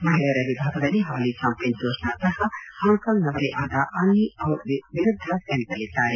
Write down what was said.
ಮಹಿಳೆಯರ ವಿಭಾಗದಲ್ಲಿ ಹಾಲಿ ಚಾಂಪಿಯನ್ ಜೋಷ್ನಾ ಸಹ ಹಾಂಕಾಂಗ್ನವರೇ ಆದ ಅನ್ನಿ ಡಿ ವಿರುದ್ದ ಸೆಣಸಲಿದ್ದಾರೆ